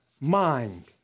mind